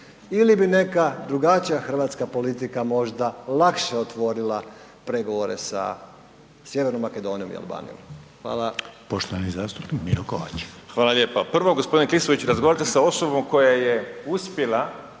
ili bi neka drugačija hrvatska politika možda lakše otvorila pregovore sa Sjevernom Makedonijom i Albanijom? Hvala. **Reiner, Željko (HDZ)** Poštovani zastupnik Miro Kovač. **Kovač, Miro (HDZ)** Hvala lijepa. Prvo, g. Klisović, razgovarate sa osobom koja je uspjela